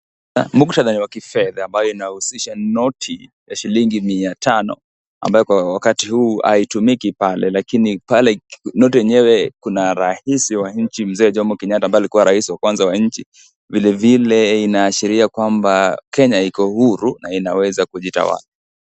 Muktadha ni wa kifedha ambao unahusisha noti ya shilingi mia tano ambayo kwa wakati huu haitumiki pale. Noti yenyewe kuna rais wa nchi Mzee Jomo Kenyatta ambaye alikua rais wa kwanza wa nchi. Vilevile inaashiria kwamba Kenya iko huru na inaweza kujitawala.